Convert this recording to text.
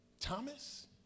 Thomas